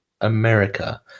America